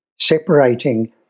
separating